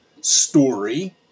story